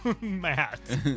Matt